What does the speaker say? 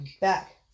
back